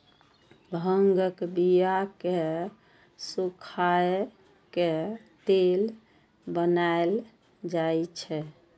भांगक बिया कें सुखाए के तेल बनाएल जाइ छै